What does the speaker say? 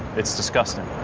it's disgusting.